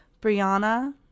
Brianna